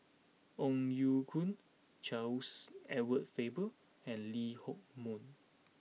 Ong Ye Kung Charles Edward Faber and Lee Hock Moh